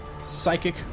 psychic